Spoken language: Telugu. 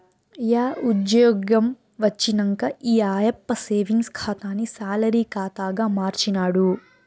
యా ఉజ్జ్యోగం వచ్చినంక ఈ ఆయప్ప సేవింగ్స్ ఖాతాని సాలరీ కాతాగా మార్చినాడు